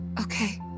Okay